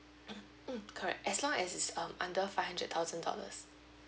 mm hmm correct as long as it is um under five hundred thousand dollars